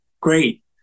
great